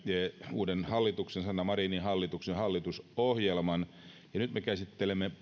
uuden hallituksen sanna marinin hallituksen hallitusohjelman ja nyt me käsittelemme